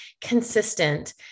consistent